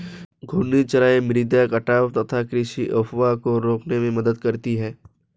घूर्णी चराई मृदा कटाव तथा कृषि अपवाह को रोकने में मदद करती है